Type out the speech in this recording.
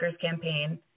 campaign